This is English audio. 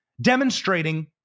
demonstrating